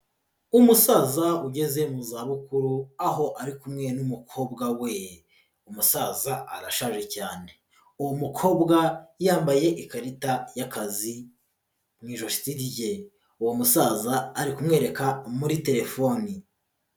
Umusaza ugeze mu za bukuru aho ari kumwe n'umukobwa we, umusaza arashaje cyane, uwo mukobwa yambaye ikarita y'akazi mu ijosi rye, uwo musaza ari kumwereka muri telefoni.